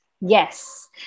Yes